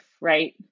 right